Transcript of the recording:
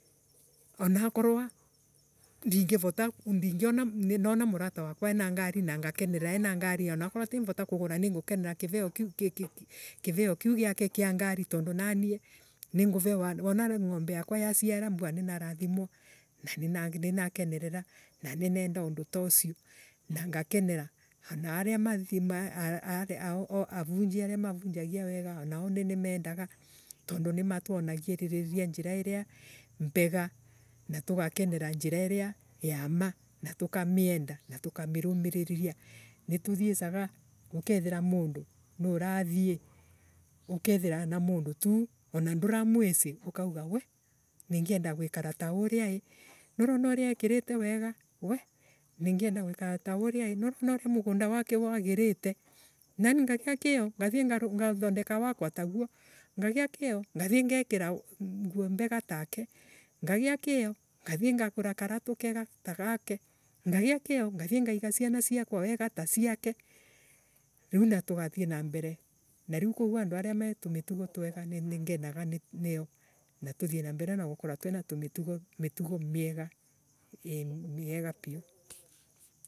Anokorwo ndingivota Ndingiona nona muvata wakwa ena ngari na ngakenerera ena ngari anokorwo ti mvota kugura ningukenera kiveo kiiu Kivea kiiu giake kia ngari. tondu nanie ninguvewa wena ngombe yakwa yaciara mbuga ninarathimwa na ninakenerera na ninenda undu ta ucio na ngakenera. na aria ma- a-. a.-Aa. Oavunjia aria mavunjagia wega anaoninimendaga tondu nimatuonagiriria njira iria mbega na tugakenera njira iria ya ma na tukamyenda na tukami rumiriria. Nituthiesaga ukaethira mundu nuurathie ukeethira ana mundu tu nduramuicii. ukauga wee ningienda gwikara ta uria ii nuiona uria ekiirute wega ningienda gwikara ta uria ii nurona uria mugunda wako wagirite nanie ngathie ngagia kioo ngathie ngathondeka wakwa taguo ngagia kioo ngathie ngekiira nguo mbegatake ngagia kioo. ngathie ngagura karatu keega tugake ngagia kioo. ngatie ngaiga ciana ciake wega ta ciake riu na tukathie na mbere. Na riu koguo andu ariame tumitugo twega ni ngenaga niio na tuthie na mbere twina tumitugo Mitugo miega. Eeni miega piu.